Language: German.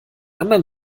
anderen